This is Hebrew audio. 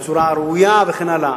בצורה ראויה וכן הלאה.